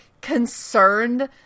concerned